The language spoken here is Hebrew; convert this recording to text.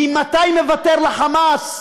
ממתי הוא מוותר ל"חמאס"?